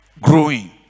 growing